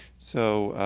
so,